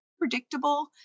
predictable